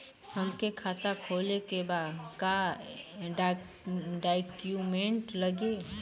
हमके खाता खोले के बा का डॉक्यूमेंट लगी?